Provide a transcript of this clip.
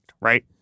Right